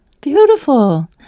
Beautiful